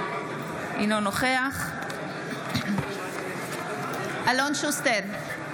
אינו נוכח אלון שוסטר,